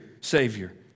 savior